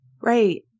Right